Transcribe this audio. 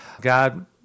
God